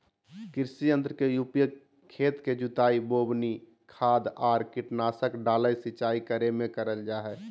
कृषि यंत्र के उपयोग खेत के जुताई, बोवनी, खाद आर कीटनाशक डालय, सिंचाई करे मे करल जा हई